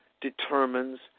determines